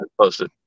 posted